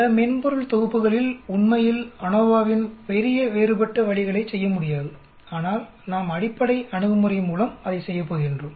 பல மென்பொருள் தொகுப்புகளில் உண்மையில் அநோவாவின் பெரிய வேறுபட்ட வழிகளைச் செய்ய முடியாது ஆனால் நாம் அடிப்படை அணுகுமுறை மூலம் அதை செய்ய போகிறோம்